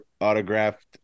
autographed